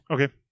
Okay